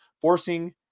forcing